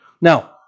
Now